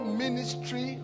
ministry